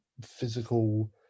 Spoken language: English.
physical